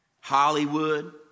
Hollywood